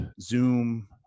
zoom